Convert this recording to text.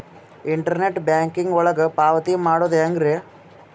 Internet banking ಒಳಗ ಪಾವತಿ ಮಾಡೋದು ಹೆಂಗ್ರಿ?